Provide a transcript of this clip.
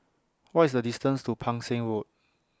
What IS The distance to Pang Seng Road